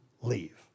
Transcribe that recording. leave